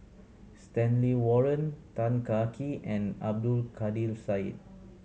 Stanley Warren Tan Kah Kee and Abdul Kadir Syed